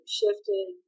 shifted